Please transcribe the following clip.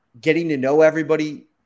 getting-to-know-everybody